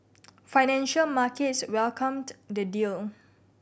financial markets welcomed the deal